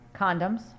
Condoms